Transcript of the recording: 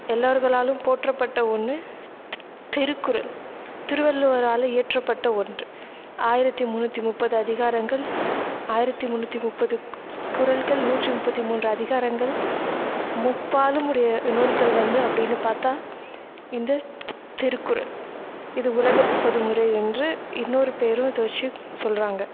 எல்லோர்களாலும் போற்றப்பட்ட ஒன்று திருக்குறள் திருவள்ளுவரால் இயற்றப்பட்ட ஒன்று ஆயிரத்தி முன்னூற்றி முப்பது அதிகாரங்கள் ஆயிரத்தி முண்ணூற்றி முப்பது கு குறள்கள் நூற்றி முப்பத்தி மூன்று அதிகாரங்கள் முப்பாலும் உடைய நூல்கள் வந்து அப்படின்னு பார்த்தா இந்த திருக்குறள் இது உலக பொதுமறை என்று இன்னொரு பேரும் இதை வச்சு சொல்கிறாங்க